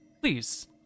Please